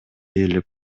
ээлеп